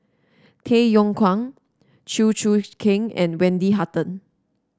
Tay Yong Kwang Chew Choo Keng and Wendy Hutton